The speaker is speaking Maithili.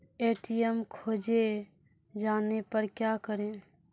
ए.टी.एम खोजे जाने पर क्या करें?